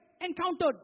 Encountered